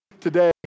today